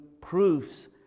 proofs